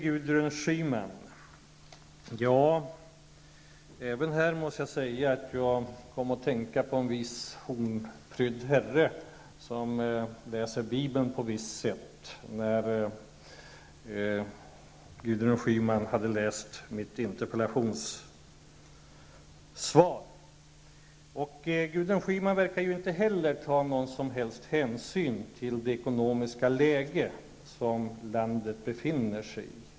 Gudrun Schyman sätt att läsa mitt interpellationssvar fick mig att tänka på en viss hornprydd herre, som läser bibeln på ett visst sätt. Inte heller Gudrun Schyman verkar ta någon som helst hänsyn till det ekonomiska läge som landet befinner sig i.